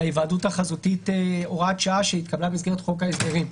להיוועדות החזותית הוראת שעה שהתקבלה במסגרת חוק ההסדרים.